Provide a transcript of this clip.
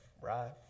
right